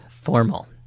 formal